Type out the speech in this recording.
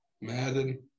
Madden